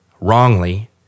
wrongly